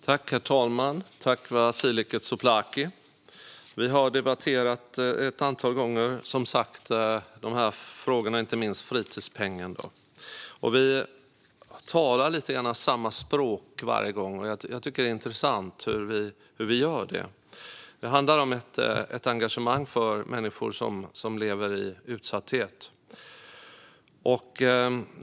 Herr talman! Vi har debatterat dessa frågor ett antal gånger, inte minst fritidspengen. Vi talar lite grann samma språk varje gång. Det är intressant. Det handlar om ett engagemang för människor som lever i utsatthet.